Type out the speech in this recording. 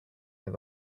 near